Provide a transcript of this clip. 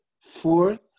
Fourth